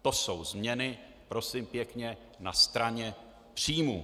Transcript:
To jsou změny, prosím pěkně, na straně příjmů.